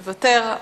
מוותר.